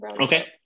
Okay